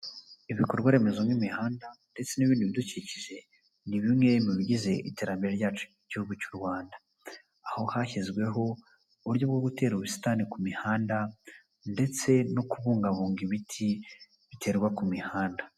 Ibikorwa remezo nk'imihanda ndetse n'ibindi bidukikije, ni bimwe mu bigize iterambere ryacu ry'igihugu cy'u Rwanda, aho hashyizweho uburyo bwo gutera ubusitani ku mihanda ndetse no kubungabunga ibiti biterwa ku mihanda.